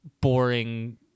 boring